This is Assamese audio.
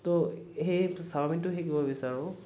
ত' সেই চাউমিনটো শিকিব বিচাৰোঁ